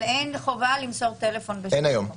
אבל אין היום חובה למסור טלפון --- אין היום חובה,